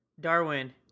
Darwin